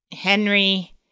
Henry